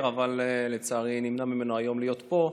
אבל לצערי נמנע ממנו היום להיות פה.